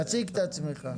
תציג את עצמך.